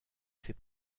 ses